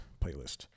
playlist